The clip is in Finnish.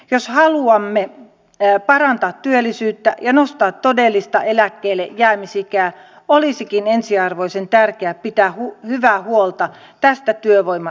jos haluamme parantaa työllisyyttä ja nostaa todellista eläkkeellejäämisikää olisikin ensiarvoisen tärkeää pitää hyvää huolta tästä työvoimareservistä